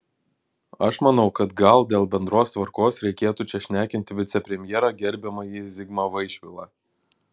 aš manau kad gal dėl bendros tvarkos reikėtų čia šnekinti vicepremjerą gerbiamąjį zigmą vaišvilą